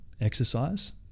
exercise